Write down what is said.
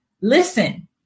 listen